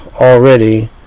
already